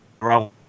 wrong